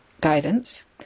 guidance